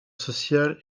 sociale